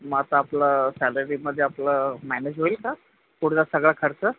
मग आता आपलं सॅलरीमध्ये आपलं मॅनेज होईल का पुढचा सगळां खर्च